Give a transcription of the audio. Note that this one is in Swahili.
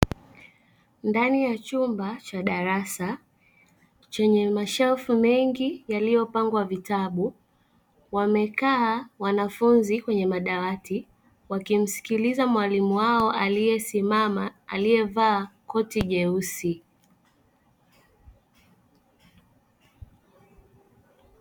Ndani ya chumba cha darasa chenye mashelfu mengi yaliyopangwa vitabu, wamekaa wanafunzi kwenye madawati wakimsikiliza mwalimu wao aliyesimama aliyevaa koti jeusi.